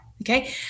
Okay